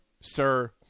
sir